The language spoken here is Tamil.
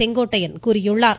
செங்கோட்டையன் கூறியுள்ளார்